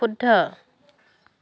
শুদ্ধ